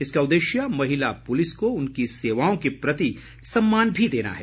इसका उद्ेश्य महिला पुलिस को उनकी सेवाओं के प्रति सम्मान देना है